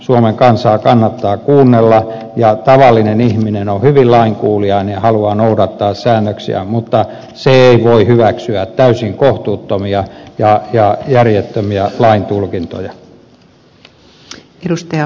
suomen kansaa kannattaa kuunnella ja tavallinen ihminen on hyvin lainkuuliainen ja haluaa noudattaa säännöksiä mutta hän ei voi hyväksyä täysin kohtuuttomia ja järjettömiä lain tulkintoja